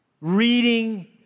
reading